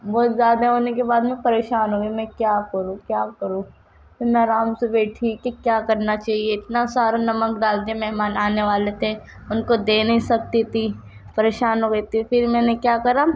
بہت زیادہ ہونے کے بعد میں پریشان ہو گئی میں کیا کروں کیا کروں نہ آرام سے بیٹھی کہ کیا کرنا چاہیے اتنا سارا نمک ڈال دیا مہمان آنے والے تھے ان کو دے نہیں سکتی تھی پریشان ہو گئی تھی پھر میں نے کیا کرا